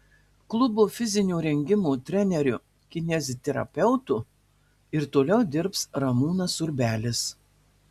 klubo fizinio rengimo treneriu kineziterapeutu ir toliau dirbs ramūnas urbelis